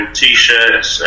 t-shirts